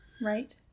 right